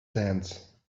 dance